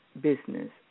business